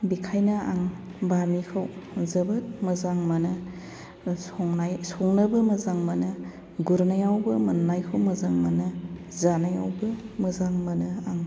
बेखायनो आं बामिखौ जोबोद मोजां मोनो संनाय संनोबो मोजां मोनो गुरनायावबो मोननायखौ मोजां मोनो जानायावबो मोजां मोनो आं